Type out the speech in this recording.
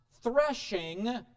threshing